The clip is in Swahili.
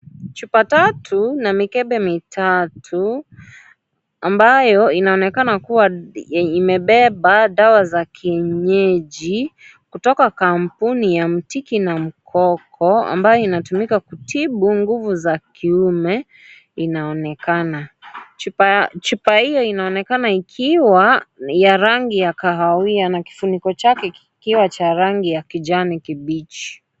Chupa tatu na mikebe mitatu ambayo inaonekana kuwa imebeba dawa za kienyeji kutoka kampuni ya mtiki na mkoko ambayo inatumika kutibu nguvu za kiume inaonekana. Chupa hiyo inaonekana ikiwa ya rangi ya kahawia na kifuniko chake kikiwa cha rangi ya kijani kibichi.